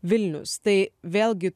vilnius tai vėlgi